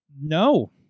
no